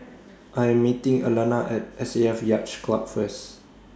I Am meeting Alanna At S A F Yacht Club First